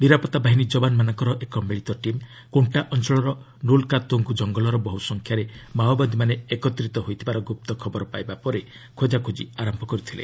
ନିରାପତ୍ତା ବାହିନୀ ଯବାନମାନଙ୍କର ଏକ ମିଳିତ ଟିମ୍ କୋର୍ଷା ଅଞ୍ଚଳର ନ୍ରଲ୍କାତ୍ରଙ୍ଗ୍ ଜଙ୍ଗଲରେ ବହ୍ର ସଂଖ୍ୟାରେ ମାଓବାଦୀମାନେ ଏକତ୍ରିତ ହୋଇଥିବାର ଗୁପ୍ତ ଖବର ପାଇବା ପରେ ଖୋଜାଖୋକି ଆରମ୍ଭ କରିଥିଲେ